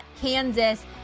Kansas